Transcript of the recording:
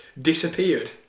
Disappeared